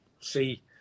see